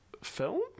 film